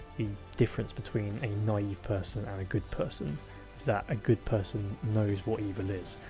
the difference between a naive person and a good person is that a good person knows what evil is.